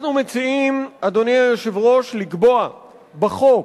אנחנו מציעים, אדוני היושב-ראש, לקבוע בחוק,